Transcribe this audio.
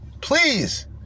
Please